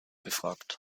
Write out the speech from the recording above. befragt